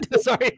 Sorry